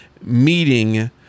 meeting